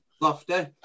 Lofty